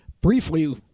briefly